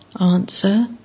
Answer